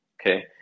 Okay